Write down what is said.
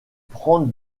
prendre